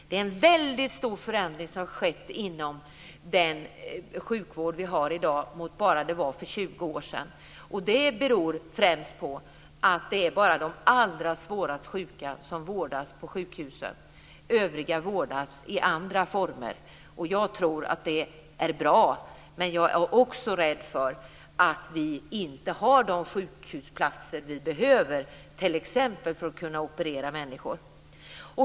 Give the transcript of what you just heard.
Det är en väldigt stor förändring som har skett inom den sjukvård vi har i dag mot hur det var för bara 20 år sedan. Det beror främst på att det bara är de allra svårast sjuka som vårdas på sjukhusen. Övriga vårdas i andra former. Jag tror att det är bra, men jag är också rädd för att vi inte har de sjukhusplatser vi behöver t.ex. för att kunna operera människor.